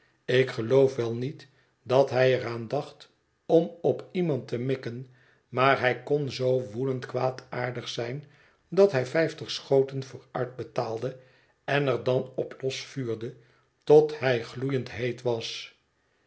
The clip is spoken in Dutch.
ik geloof wel niet dat hij er aan dacht om op iemand te mikken maar hij kon zoo woedend kwaadaardig zijn dat hij vijftig schoten vooruitbetaalde en er dan op los vuurde tot hij gloeiend heet was